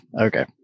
okay